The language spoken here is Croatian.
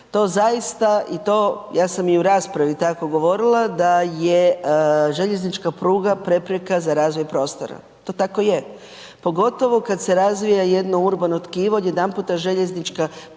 to zaista i to, ja sam i u raspravi tako govorila da je željeznička pruga prepreka za razvoj prostora. To tako je. Pogotovo kad se razvija jedno urbano tkivo odjedanputa željeznička pruga,